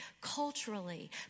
culturally